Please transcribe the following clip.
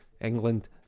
England